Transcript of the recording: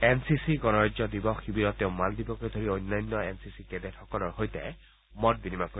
N C C গণৰাজ্য দিৱস শিবিৰত তেওঁ মালদ্বীপকে ধৰি আন এন চি চি কেডেটসকলৰ সৈতে মত বিনিময় কৰিব